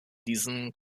diesen